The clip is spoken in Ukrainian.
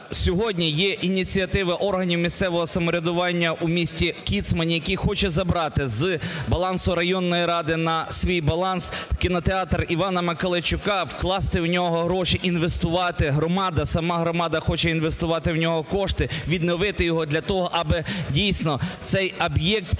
Сьогодні є ініціатива органів місцевого самоврядування у місті Кіцмань, який хоче забрати з балансу районної ради на свій баланс кінотеатр Івана Миколайчука, вкласти в нього гроші, інвестувати. Громада, сама громада хоче інвестувати в нього кошти, відновити його для того, аби дійсно цей об'єкт